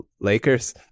Lakers